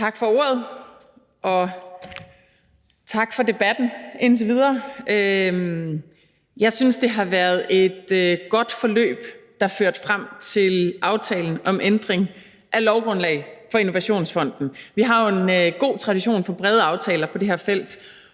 Tak for ordet, og tak for debatten indtil videre. Jeg synes, det har været et godt forløb, der førte frem til aftalen om ændring af lovgrundlaget for Innovationsfonden. Vi har jo en god tradition for brede aftaler på det her felt,